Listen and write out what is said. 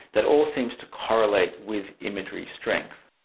that all seems to correlate with imagery strength.